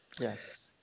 Yes